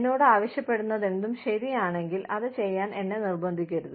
എന്നോട് ആവശ്യപ്പെടുന്നതെന്തും ശരിയാണെങ്കിൽ അത് ചെയ്യാൻ എന്നെ നിർബന്ധിക്കരുത്